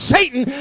Satan